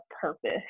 purpose